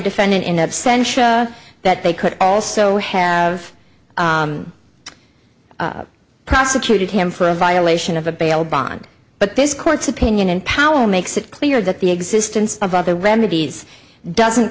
absentia that they could also have prosecuted him for a violation of a bail bond but this court's opinion in power makes it clear that the existence of other remedies doesn't